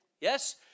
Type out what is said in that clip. Yes